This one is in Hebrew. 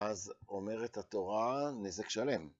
אז אומרת התורה נזק שלם.